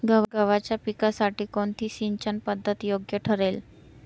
गव्हाच्या पिकासाठी कोणती सिंचन पद्धत योग्य ठरेल?